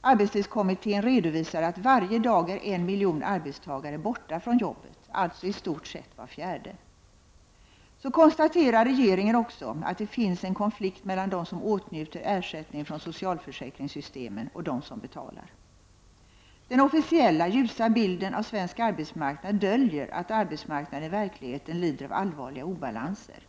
Arbetstidskommittén redovisade att varje dag är en miljon arbetstagare borta från jobbet, alltså i stort sett var fjärde. Så konstaterar regeringen också att det finns en konflikt mellan dem som åtnjuter ersättning från socialförsäkringssystemen och dem som betalar. Den officiella, ljusa bilden av svensk arbetsmarknad döljer att arbetsmarknaden i verkligheten lider av allvarliga obalanser.